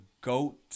goat